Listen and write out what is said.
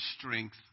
strength